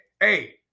Hey